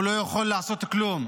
הוא לא יכול לעשות כלום.